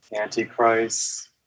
Antichrist